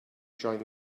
join